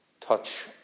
touch